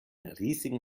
riesigen